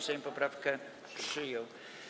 Sejm poprawkę przyjął.